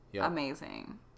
amazing